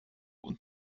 und